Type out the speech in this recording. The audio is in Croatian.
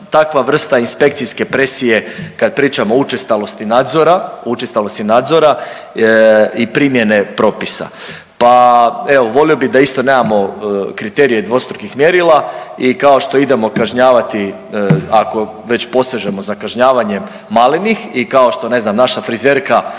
takva vrsta inspekcijske presije kad pričamo o učestalosti nadzora i primjene propisa. Pa evo volio bi da isto nemamo kriterije dvostrukih mjerila i kao što idemo kažnjavati ako već posežemo za kažnjavanjem malenih i kao što ne znam naša frizerka